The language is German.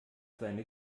seine